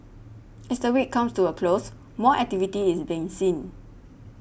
as the week comes to a close more activity is being seen